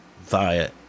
via